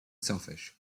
selfish